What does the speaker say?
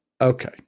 Okay